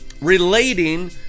relating